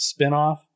spinoff